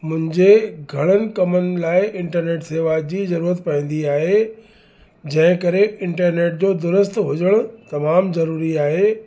मुंहिंजे घणनि कमनि लाइ इंटरनेट सेवा जी जरूरत पवंदी आहे जंहिं करे इंटरनेट जो दुरुस्त हुजणु तमामु ज़रूरी आहे